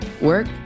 Work